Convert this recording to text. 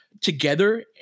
Together